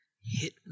hit